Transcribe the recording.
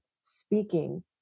speaking